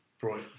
brought